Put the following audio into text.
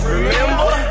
Remember